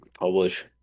publish